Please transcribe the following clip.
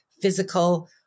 physical